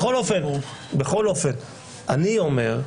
בכל אופן, אני אומר,